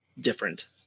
different